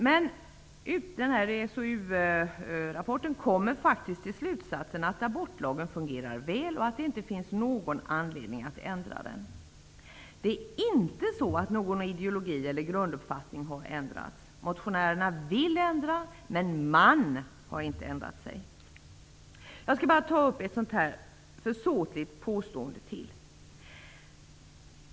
Man kommer i rapporten faktiskt till slutsatsen att abortlagen fungerar väl och att det inte finns någon anledning att ändra den. Det är inte så att någon ideologi eller grunduppfattning har ändrats. Motionärerna vill ändra, men ''man'' har inte ändrat sig. Jag skall ta upp ett sådant här försåtligt påstående till.